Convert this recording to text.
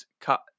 cut